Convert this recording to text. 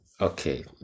Okay